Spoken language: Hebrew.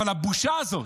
אבל הבושה הזאת,